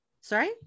Sorry